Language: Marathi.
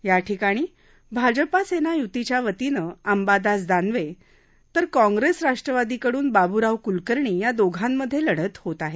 याठिकाणी भाजपा सेना युतीच्या वतीनं अंबादास दानवे तर का काँप्रेस राष्ट्रवादीकडून बाबुराव कुलकर्णी या दोघांमध्ये लढत होत आहे